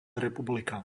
republika